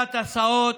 שסוגיית ההסעות